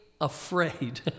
afraid